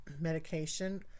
medication